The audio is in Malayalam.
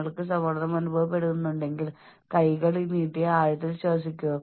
നമ്മൾക്ക് ജോലിസ്ഥലത്ത് സുഹൃത്തുക്കൾ ഇല്ലെങ്കിൽ അത് നമ്മളുടെ മേൽ വളരെയധികം സമ്മർദ്ദം ചെലുത്തും